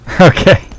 Okay